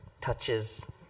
touches